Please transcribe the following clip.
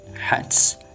hats